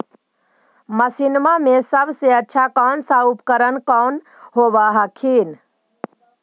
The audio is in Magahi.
मसिनमा मे सबसे अच्छा कौन सा उपकरण कौन होब हखिन?